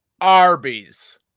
arby's